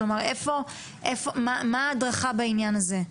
מה ההדרכה בעניין הזה?